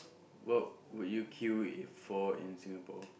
what would you queue if for in Singapore